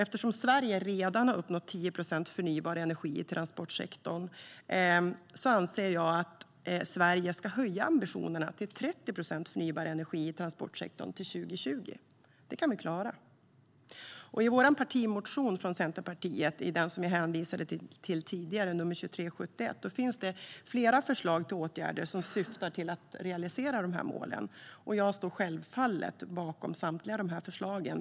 Eftersom Sverige redan har uppnått målet om 10 procent förnybar energi i transportsektorn anser jag att Sverige bör höja ambitionerna till 30 procent förnybar energi i transportsektorn till 2020. Det kan vi klara. I Centerpartiets partimotion 2371, som jag hänvisade till tidigare, finns flera förslag till åtgärder som syftar till att realisera dessa mål. Jag står självfallet bakom samtliga dessa förslag.